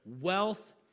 Wealth